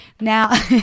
Now